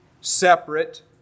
separate